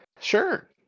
sure